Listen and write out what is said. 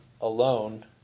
alone